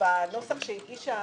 בנוסח שהגישה